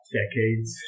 decades